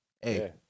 Hey